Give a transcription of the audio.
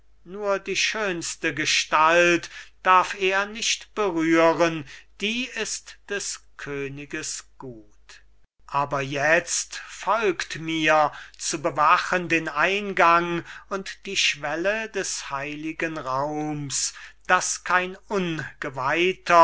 nur die schönste gestalt darf er nicht berühren die ist des königes gut bohemund aber jetzt folgt mir zu bewachen den eingang und die schwelle des heiligen raums daß kein